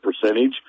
percentage